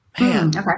Okay